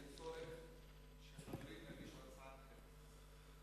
לצורך שחברים יגישו הצעה אחרת,